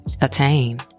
attain